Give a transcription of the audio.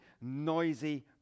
noisy